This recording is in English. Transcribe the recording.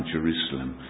Jerusalem